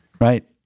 Right